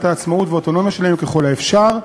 העצמאות והאוטונומיה שלהם ככל האפשר,